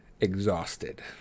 exhausted